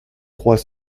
trois